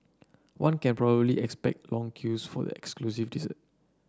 one can probably expect long queues for the exclusive dessert